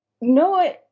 no